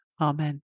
Amen